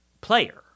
player